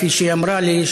כפי שהיא אמרה לי,